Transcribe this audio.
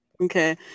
Okay